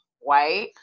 white